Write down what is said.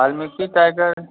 Valmiki tiger